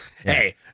Hey